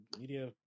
media